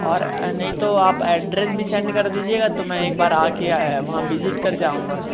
और नहीं तो आप एड्रेस भी सेंड कर दीजिएगा तो मैं एक बार आ गया है वहाँ विज़िट कर जाऊंगा